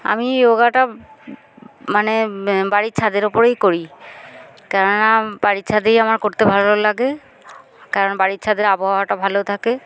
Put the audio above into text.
আমি যোগাটা মানে বাড়ির ছাদের ওপরেই করি কেন না বাড়ির ছাদেই আমার করতে ভালো লাগে কারণ বাড়ির ছাদের আবহাওয়াটা ভালো থাকে